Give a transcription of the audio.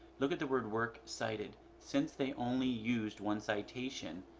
look at the word work cited since they only used one citation,